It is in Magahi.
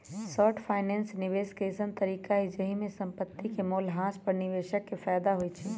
शॉर्ट फाइनेंस निवेश के अइसँन तरीका हइ जाहिमे संपत्ति के मोल ह्रास पर निवेशक के फयदा होइ छइ